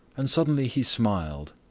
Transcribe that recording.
and suddenly he smiled,